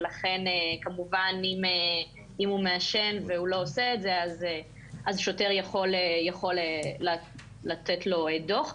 ולכן אם האדם מעשן שוטר יכול לתת לו דו"ח.